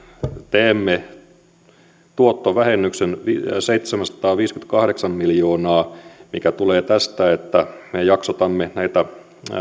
teemme tuottovähennyksen seitsemänsataaviisikymmentäkahdeksan miljoonaa mikä tulee tästä että me jaksotamme näitä